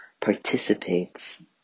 participates